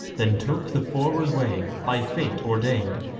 then took the forward way, by fate ordain'd,